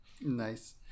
Nice